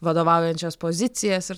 vadovaujančias pozicijas ir